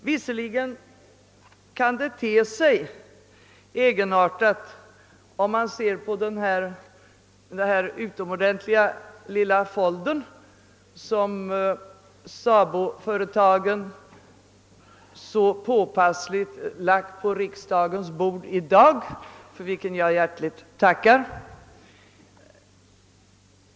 Visserligen kan det te sig egenartat, om man ser på den utomordentliga lilla folder som SABO-företagen så påpassligt lagt på riksdagens bord i dag och för vilken jag tackar.